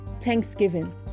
thanksgiving